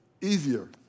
easier